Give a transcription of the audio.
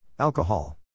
Alcohol